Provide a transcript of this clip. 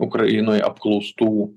ukrainoj apklaustų